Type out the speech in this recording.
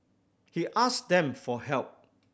he ask them for help